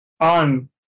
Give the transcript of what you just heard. on